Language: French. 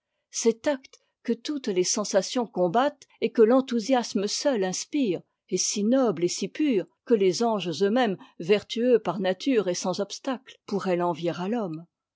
cet acte que toutes les sensations combattent et que l'enthousiasme seul ins pire est si noble et si pur que les anges eux-mêmes vertueux par nature et sans obstacle pourraient l'envier à l'homme